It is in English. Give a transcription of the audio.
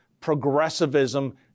progressivism